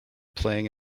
playing